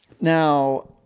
Now